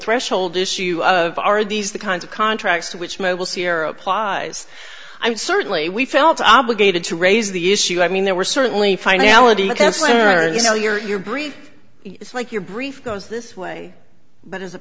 threshold issue of are these the kinds of contracts which mobile syrup lies i'm certainly we felt obligated to raise the issue i mean there were certainly finality and you know your brief is like your brief goes this way but as a